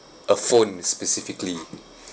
a phone specifically